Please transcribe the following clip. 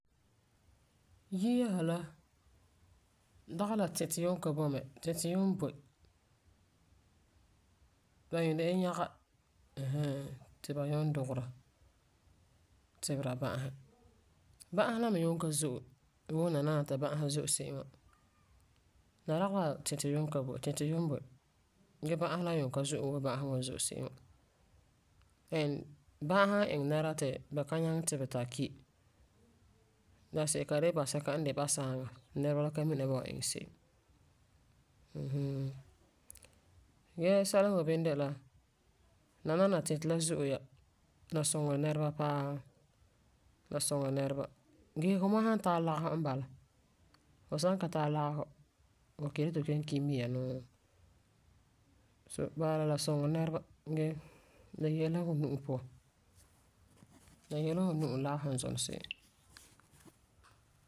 Yia sa la dagi la titɔ yuun ka boi mɛ. Titɔ yuun boi. Ba yuun de la yɛga ɛɛn hɛɛn. Ti ba yuun dugera tibera ba'asi. Ba'asi la me yuun ka zo'e wuu nananewa ti ba'asi nyaa zo'e se'em wa. La dagi la titɔ yuun ka boi. Titɔ yuun boi ge ba'asi la n yuun ka zo'e wuu ba'asi wa zo'e se'em wa. And bã'a san iŋɛ nɛra ti ba ka nyaŋɛ tibɛ ti a ki, daanse'ere ka de'e bãsɛka n de basaaŋa ti nɛreba la ka mina ba wan iŋɛ se'em mm hmm. Gee sɛla n boi bini de la nananewa titɔ la nyaa zo'e ya. La suŋeri nɛreba paa. La suŋeri nɛreba. Gee fu me san tara ligeri n bala. Fu san ka tara lagefɔ, fu kelum yeti fu kelum ki me mia nuu. So bala la, la suŋeri nɛreba ge la yese la fu nu'usen. La yese la fu nu'usen lagefɔ n zuni se'em.